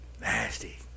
Nasty